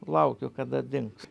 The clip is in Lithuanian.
laukiu kada dings